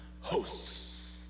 hosts